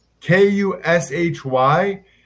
K-U-S-H-Y